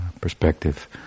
perspective